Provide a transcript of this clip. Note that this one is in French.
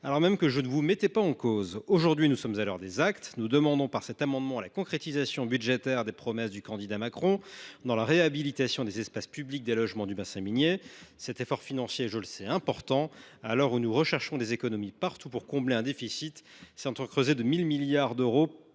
alors même que je ne vous mettais pas en cause. Aujourd’hui, nous sommes à l’heure des actes. Nous demandons, par cet amendement, la concrétisation budgétaire des promesses du candidat Macron dans la réhabilitation des espaces publics des logements du bassin minier. Je le sais, cet effort financier est important, à l’heure où nous recherchons des économies partout pour combler un déficit qui s’est encore creusé de 1 000 milliards d’euros